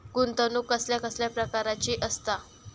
गुंतवणूक कसल्या कसल्या प्रकाराची असता?